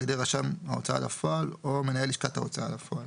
ידי רשם ההוצאה לפועל או מנהל לשכת ההוצאה לפועל.